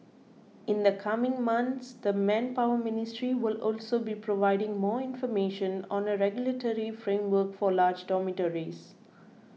in the coming months the Manpower Ministry will also be providing more information on a regulatory framework for large dormitories